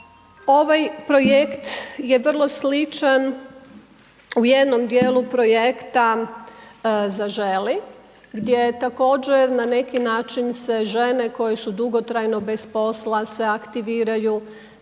ovaj projekt je vrlo sličan u jednom dijelu projekta Zaželi, gdje je također na neki način se žene koje su dugotrajno bez posla se aktiviraju